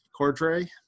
Cordray